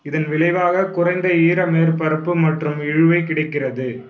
இதன் விளைவாக குறைந்த ஈர மேற்பரப்பு மற்றும் இழுவை கிடைக்கிறது